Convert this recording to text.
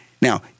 Now